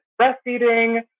breastfeeding